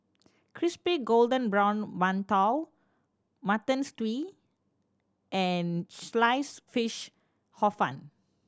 crispy golden brown mantou Mutton Stew and Sliced Fish Hor Fun